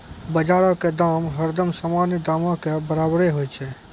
बजारो के दाम हरदम सामान्य दामो के बराबरे होय छै